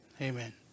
Amen